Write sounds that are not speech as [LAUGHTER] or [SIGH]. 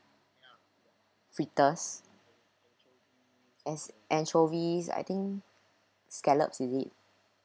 [NOISE] fritters as anchovies I think scallops with it